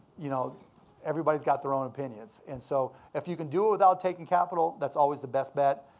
you know everybody's got their own opinions. and so if you can do it without taking capital, that's always the best bet.